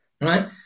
right